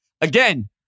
Again